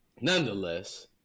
nonetheless